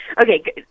Okay